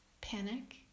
panic